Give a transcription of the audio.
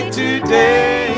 today